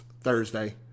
Thursday